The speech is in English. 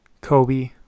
Kobe